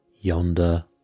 yonder